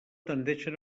tendeixen